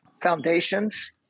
foundations